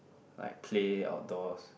like play outdoors